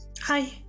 Hi